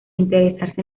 interesarse